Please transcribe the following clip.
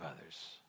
others